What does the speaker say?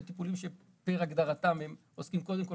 שאלה טיפולים שפר הגדרתם עוסקים קודם כול